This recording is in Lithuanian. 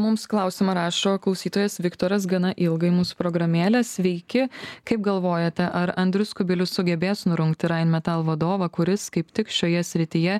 mums klausimą rašo klausytojas viktoras gana ilgą mūsų programėlėj sveiki kaip galvojate ar andrius kubilius sugebės nurungti rainmetal vadovą kuris kaip tik šioje srityje